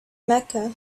mecca